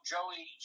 Joey